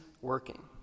working